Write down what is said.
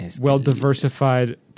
well-diversified